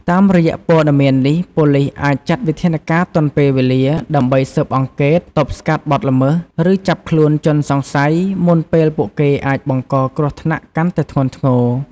តាមរយៈព័ត៌មាននេះ ប៉ូលិសអាចចាត់វិធានការទាន់ពេលវេលា ដើម្បីស៊ើបអង្កេត ទប់ស្កាត់បទល្មើស ឬចាប់ខ្លួនជនសង្ស័យ មុនពេលពួកគេអាចបង្កគ្រោះថ្នាក់កាន់តែធ្ងន់ធ្ងរ។